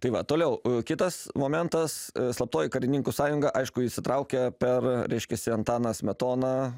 tai va toliau kitas momentas slaptoji karininkų sąjunga aišku įsitraukia per reiškiasi antaną smetoną